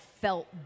felt